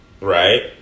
right